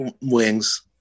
wings